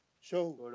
show